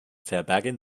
verbergen